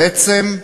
בעצם,